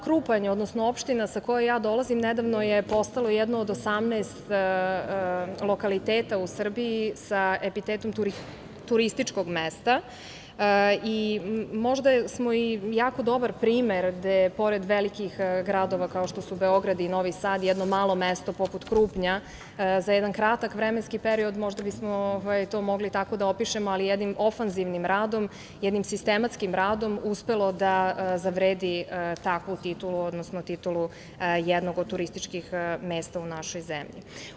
Krupanj, odnosno opština sa koje dolazim nedavno je postala jedna od 18 lokaliteta u Srbiji sa epitetom turističkog mesta i možda smo i jako dobar primer, gde pored velikih gradova kao što su Beograd, Novi Sad, jedno malo mesto poput Krupnja, za jedan kratak vremenski period možda bismo to mogli tako da opišemo, ali jednim ofanzivnim radom, jednim sistematskim radim, uspelo da zavredi takvu titulu, odnosno titulu jednog od turističkih mesta u našoj zemlji.